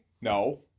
No